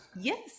Yes